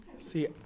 See